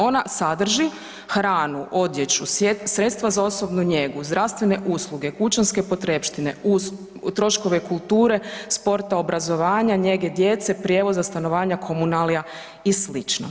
Ona sadrži hranu, odjeću, sredstva za osobnu njegu, zdravstvene usluge, kućanske potrepštine uz troškove kulture, sporta, obrazovanja, njege djece, prijevoza, stanovanja, komunalija i sl.